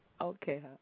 Okay